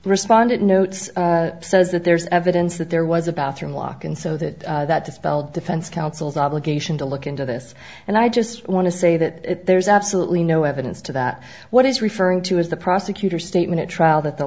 responded notes says that there's evidence that there was a bathroom lock and so that that dispelled defense counsel's obligation to look into this and i just want to say that there's absolutely no evidence to that what he's referring to is the prosecutor statement at trial that the